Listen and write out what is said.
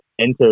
enter